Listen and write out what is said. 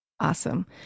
Awesome